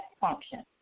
function